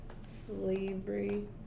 slavery